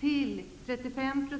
till 35 %.